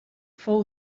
fou